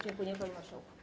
Dziękuję, panie marszałku.